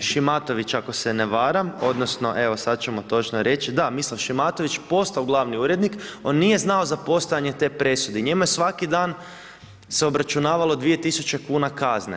Šimatović ako se ne varam, odnosno evo sad ćemo točno reći, da, Mislav Šimatović postao glavni urednik, on nije znao za postojanje te presude i njemu je svaki dan se obračunavalo 2 000 kuna kazne.